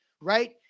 right